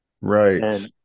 Right